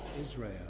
Israel